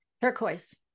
Turquoise